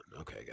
Okay